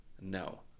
no